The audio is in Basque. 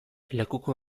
lekuko